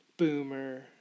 Boomer